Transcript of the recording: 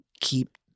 keep